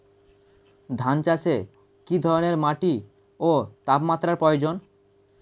ধান চাষে কী ধরনের মাটি ও তাপমাত্রার প্রয়োজন?